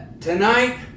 Tonight